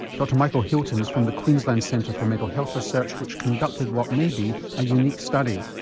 dr michael hilton is from the queensland centre for mental health research which conducted what may be a unique study.